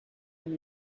one